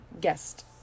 guest